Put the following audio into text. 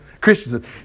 Christians